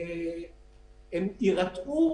הן יירתעו